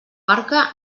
barca